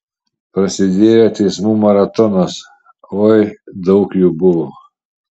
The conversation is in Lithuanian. prasidėjo teismų maratonas oi daug jų buvo